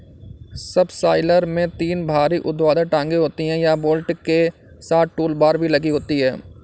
subsoiler में तीन भारी ऊर्ध्वाधर टांगें होती हैं, यह बोल्ट के साथ टूलबार पर लगी होती हैं